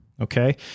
Okay